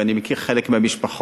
ואני מכיר חלק מהמשפחות,